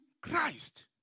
Christ